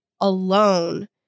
alone